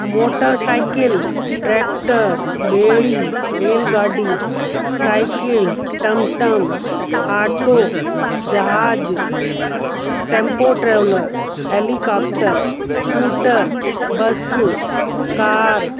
motor cycle tractor ॿेड़ी रेलगाॾी cycle टम टम आटो जहाज tempo traveller helicopter scooter bus car